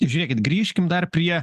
žiūrėkit grįžkim dar prie